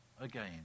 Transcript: again